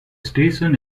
station